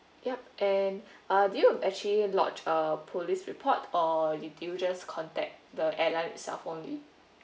yup and uh did you actually lodge a police report or did you just contact the airline itself only